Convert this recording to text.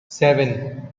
seven